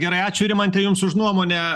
gerai ačiū rimante jums už nuomonę